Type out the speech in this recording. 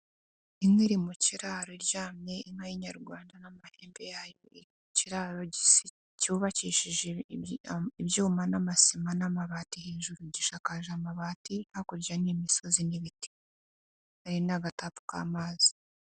Inka iri mu kiraro iryamye inka y'Inyarwanda ndetse ifite n'amahembe, ikiraro cyubakishije ibyuma n'amasima n'amabati hejuru gishashakaje amabati hakurya ni imisozi n'ibiti ari n' akabasi k'amazi.